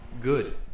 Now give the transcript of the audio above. good